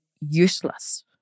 useless